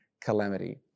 calamity